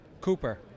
Cooper